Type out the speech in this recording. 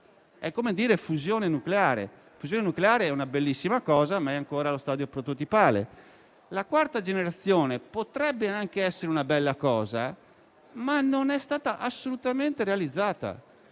È come parlare della fusione nucleare: è una bellissima cosa, ma è ancora allo stadio prototipale. La quarta generazione potrebbe anche essere una bella cosa, ma non è stata assolutamente realizzata.